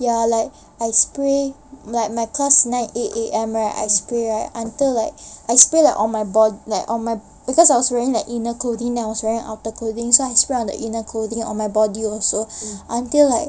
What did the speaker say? ya like I spray like my class nine eight A_M right I spray right until like I spray like on my bod~ like on my because I was wearing like inner clothing then I was wearing outer clothing so I spray on the inner clothing on my body also until like